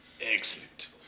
Excellent